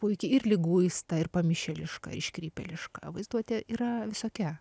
puiki ir liguista ir pamišėliška iškrypėliška vaizduotė yra visokia